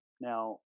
Now